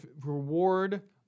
reward